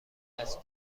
است